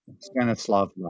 Stanislav